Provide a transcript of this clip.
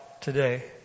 today